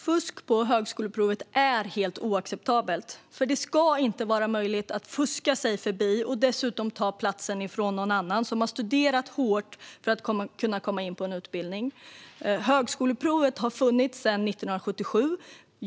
Fru talman! Fusk på högskoleprovet är helt oacceptabelt. Det ska inte vara möjligt att fuska sig förbi och dessutom ta platsen från någon annan som har studerat hårt för att kunna komma in på en utbildning. Högskoleprovet har funnits sedan 1977.